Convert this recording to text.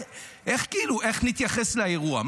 איך נתייחס לאירוע?